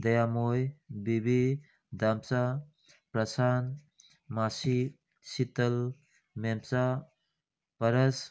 ꯗꯌꯥꯃꯣꯏ ꯕꯤꯕꯤ ꯗꯥꯝꯆꯥ ꯄ꯭ꯔꯥꯁꯥꯟ ꯃꯥꯁꯤ ꯁꯤꯇꯜ ꯃꯦꯝꯆꯥ ꯄꯥꯔꯁ